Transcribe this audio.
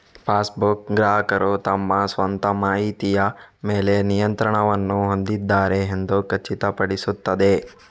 passbook, ಗ್ರಾಹಕರು ತಮ್ಮ ಸ್ವಂತ ಮಾಹಿತಿಯ ಮೇಲೆ ನಿಯಂತ್ರಣವನ್ನು ಹೊಂದಿದ್ದಾರೆ ಎಂದು ಖಚಿತಪಡಿಸುತ್ತದೆ